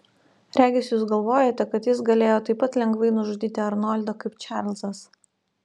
regis jūs galvojate kad jis galėjo taip pat lengvai nužudyti arnoldą kaip čarlzas